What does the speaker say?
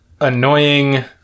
annoying